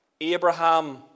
Abraham